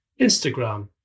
Instagram